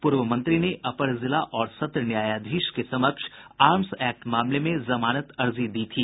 पूर्व मंत्री ने अपर जिला और सत्र न्यायाधीश के समक्ष आर्म्स एक्ट मामले में जमानत अर्जी दी थी